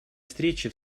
встречи